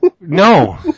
No